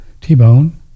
T-Bone